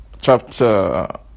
chapter